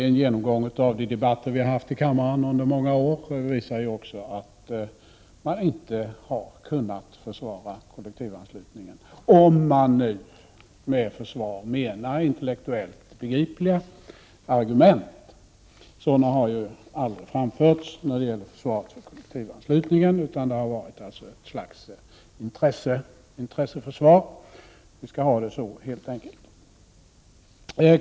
En genomgång av de debatter som vi har haft i kammaren under många år visar också att kollektivanslutningen inte har kunnat försvaras, om man med försvar menar intellektuellt begripliga argument. Sådana har aldrig framförts i försvaret av kollektivanslutningen, utan det har varit ett slags intresseförsvar som bedrivits. Försvararna menar att de helt enkelt skall ha det på detta sätt.